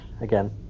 again